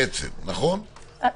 אין